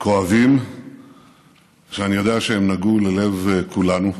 כואבים שאני יודע שהם נגעו ללב כולנו: